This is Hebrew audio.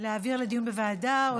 להעביר לדיון בוועדה או להסתפק בדברים.